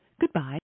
Goodbye